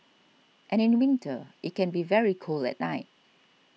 and in winter it can be very cold at night